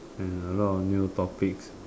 and a lot of new topics